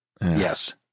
Yes